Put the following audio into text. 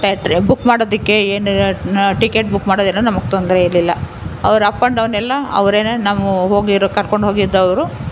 ತರ್ತ್ರ್ book ಮಾಡೋದಕ್ಕೆ ಏನು ticket book ಮಾಡೋದೇನು ನಮಗೆ ತೊಂದರೆ ಇರಲಿಲ್ಲ ಅವ್ರ ಅಪ್ ಆ್ಯಂಡ್ ಡೌನ್ ಎಲ್ಲ ಅವರೇನೆ ನಾವು ಹೋಗಿರೊ ಕರ್ಕೊಂಡು ಹೋಗಿದ್ದವರು